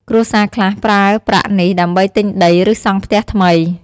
គ្រួសារខ្លះប្រើប្រាក់នេះដើម្បីទិញដី ឬសង់ផ្ទះថ្មី។